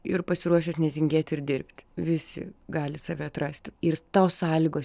ir pasiruošęs netingėti ir dirbti visi gali save atrasti ir tos sąlygos